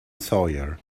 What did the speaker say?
sawyer